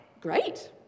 Great